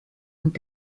und